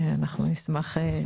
אנחנו נשמח לשמוע את דבריך.